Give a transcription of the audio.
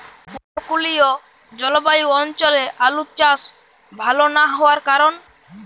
উপকূলীয় জলবায়ু অঞ্চলে আলুর চাষ ভাল না হওয়ার কারণ?